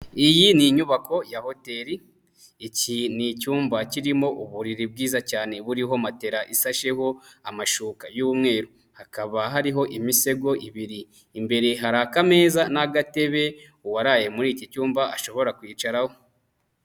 Iyi ni inyubako ya hoteli, iki ni icyumba kirimo uburiri bwiza cyane buriho matela isasheho amashuka y'umweru, hakaba hariho imisego ibiri, imbere hari akameza n'agatebe uwaraye muri iki cyumba ashobora kwicaraho.